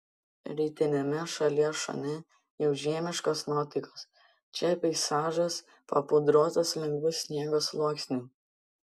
rytiniame šalies šone jau žiemiškos nuotaikos čia peizažas papudruotas lengvu sniego sluoksniu